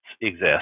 exist